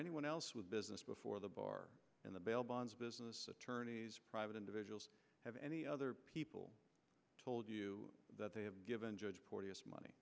anyone else with business before the bar in the bail bonds business attorneys private individuals have any other people told you that they have given judge porteous money